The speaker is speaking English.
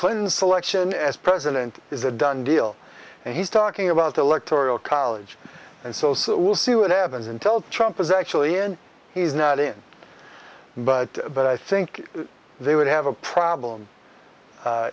clinton selection as president is a done deal and he's talking about the electorial college and so we'll see what evans and tell trump is actually and he's not in but but i think they would have a problem